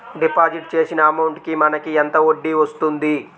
Deposit చేసిన amount కి మనకి ఎంత వడ్డీ వస్తుంది?